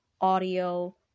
audio